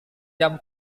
jam